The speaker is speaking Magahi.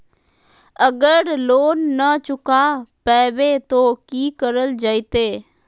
अगर लोन न चुका पैबे तो की करल जयते?